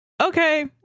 okay